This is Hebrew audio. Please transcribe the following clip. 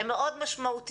הן מאוד משמעותיות.